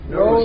no